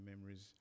memories